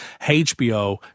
HBO